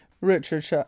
Richard